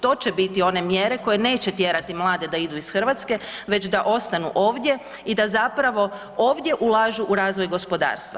To će biti one mjere koje neće tjerati mlade da idu iz Hrvatske već da ostanu ovdje i da zapravo ovdje ulažu u razvoj gospodarstva.